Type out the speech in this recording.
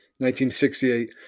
1968